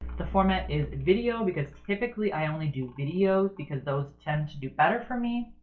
the format is video because typically i only do videos, because those tend to do better for me.